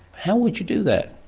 how would you do that?